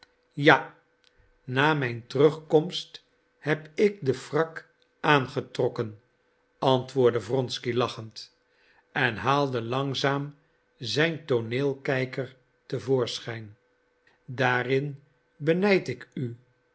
ja na mijn terugkomst heb ik den frak aangetrokken antwoordde wronsky lachend en haalde langzaam zijn tooneelkijker te voorschijn daarin benijd ik u